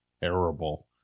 Terrible